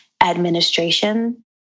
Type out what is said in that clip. administration